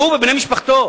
הוא ובני משפחתו,